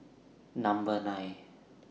Number nine